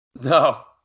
No